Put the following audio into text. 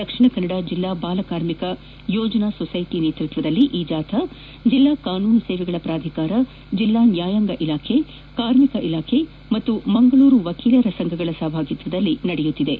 ದಕ್ಷಿಣ ಕನ್ನಡ ಜಿಲ್ಲಾ ಬಾಲ ಕಾರ್ಮಿಕ ಯೋಜನಾ ಸೊಸೈಟಿ ನೇತೃತ್ವದಲ್ಲಿ ನಡೆದ ಈ ಜಾಥಾ ಜಿಲ್ಲಾ ಕಾನೂನು ಸೇವೆಗಳ ಪ್ರಾಧಿಕಾರ ಜಿಲ್ಲಾ ನ್ಯಾಯಾಂಗ ಇಲಾಖೆ ಕಾರ್ಮಿಕ ಇಲಾಖೆ ಮತ್ತು ಮಂಗಳೂರು ವಕೀಲರ ಸಂಘಗಳ ಸಹಭಾಗಿತ್ವದಲ್ಲಿ ನಡೆಯಿತು